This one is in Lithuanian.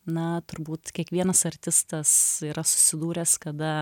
na turbūt kiekvienas artistas yra susidūręs kada